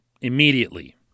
immediately